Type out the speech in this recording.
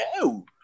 no